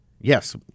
Yes